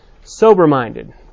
Sober-minded